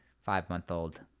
five-month-old